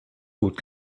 gut